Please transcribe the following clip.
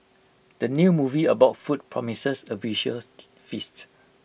the new movie about food promises A visual feast